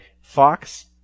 Fox